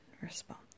Response